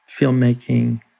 filmmaking